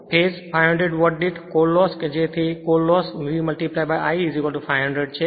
phase 500 watt દીઠ core loss કે તેથી કોર લોસ V I500 છે